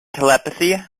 telepathy